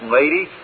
lady